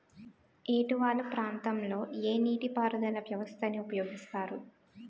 ఏట వాలు ప్రాంతం లొ ఏ నీటిపారుదల వ్యవస్థ ని ఉపయోగిస్తారు?